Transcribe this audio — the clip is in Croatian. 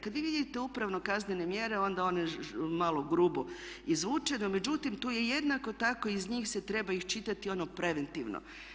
Kad vi vidite upravno kaznene mjere onda one malo grubo i zvuče no međutim tu je jednako tako i iz njih se treba iščitati ono preventivno.